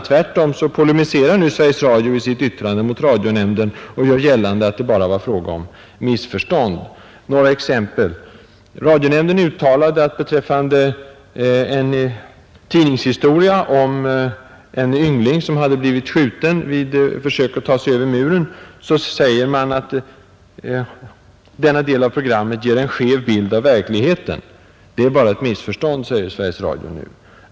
Tvärtom polemiserar Sveriges Radio i sitt yttrande mot radionämnden och gör gällande att det var fråga om missförstånd. Några exempel. Radionämnden uttalade beträffande en tidningshistoria om en yngling, som hade blivit skjuten vid försök att ta sig över muren, att programmet ”ger en skev bild av verkligheten”. Det är bara ett missförstånd, säger Sveriges Radio nu.